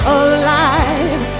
alive